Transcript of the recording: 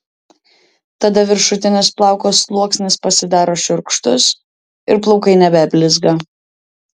tada viršutinis plauko sluoksnis pasidaro šiurkštus ir plaukai nebeblizga